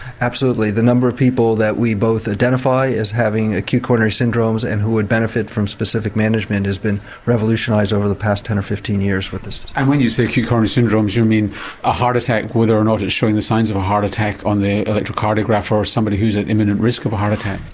absolutely, the number of people that we both identify as having acute coronary syndromes and who would benefit from specific management has been revolutionised over the past ten or fifteen years with this. and when you say acute coronary syndromes you mean a heart attack whether or not it's showing the signs of a heart attack on their electrocardiograph ah or somebody who's at imminent risk of a heart attack?